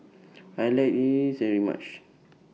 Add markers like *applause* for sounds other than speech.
I like *unintelligible* very much